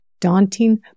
daunting